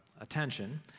attention